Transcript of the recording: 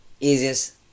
Easiest